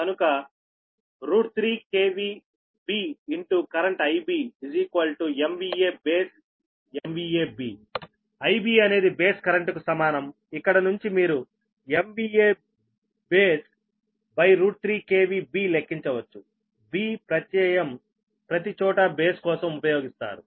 కనుక 3 Bcurrent IBMVA baseB IBఅనేది base current కు సమానంఇక్కడి నుంచి మీరు Base3 Baseలెక్కించవచ్చుB ప్రత్యయంప్రతి చోటా బేస్ కోసం ఉపయోగిస్తారు